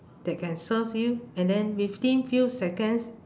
that can serve you and then within few seconds